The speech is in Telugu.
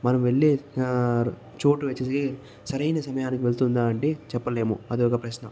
మనం వెళ్లే చోటు వచ్చేసరికి సరైన సమయానికి వెళ్తుందా అంటే చెప్పలేము అది ఒక ప్రశ్న